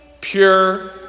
pure